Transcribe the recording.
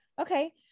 Okay